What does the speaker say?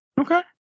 Okay